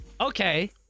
Okay